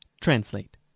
Translate